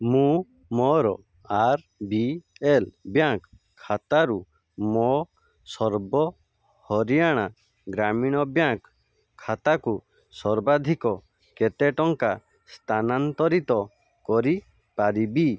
ମୁଁ ମୋର R B L bank ଖାତାରୁ ମୋ ସର୍ବ ହରିୟାଣା ଗ୍ରାମୀଣ ବ୍ୟାଙ୍କ ଖାତାକୁ ସର୍ବାଧିକ କେତେ ଟଙ୍କା ସ୍ଥାନାନ୍ତରିତ କରିପାରିବି